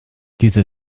diese